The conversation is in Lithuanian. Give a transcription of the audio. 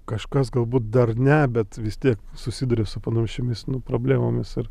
kažkas galbūt dar ne bet vis tiek susiduria su panašiomis nu problemomis ir